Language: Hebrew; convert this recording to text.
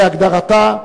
בהגדרתה,